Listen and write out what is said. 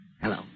Hello